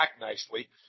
nicely